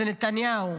זה נתניהו.